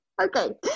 Okay